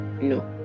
no